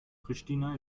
pristina